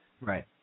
Right